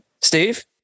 Steve